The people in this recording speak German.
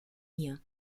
hier